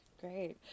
Great